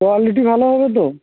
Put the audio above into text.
quality ভালো হবে তো